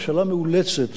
או השאלה מאולצת,